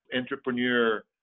entrepreneur